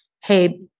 hey